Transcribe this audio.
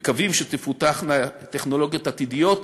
מקווים שתפותחנה טכנולוגיות עתידיות,